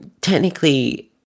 technically